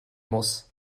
muss